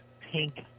pink